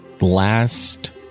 Last